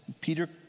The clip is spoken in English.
Peter